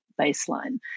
baseline